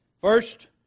First